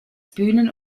bühnen